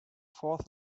fourth